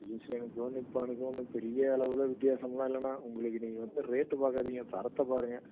ஏஷியனுக்கும் நிப்பானுக்கும் ஒன்றும் பெரிய அளவில் வித்தியாசம்லாம் இல்லைண்ணா உங்களுக்கு நீங்கள் வந்து ரேட்டு பார்க்காதீங்க தரத்தை பாருங்கள்